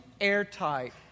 airtight